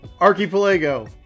Archipelago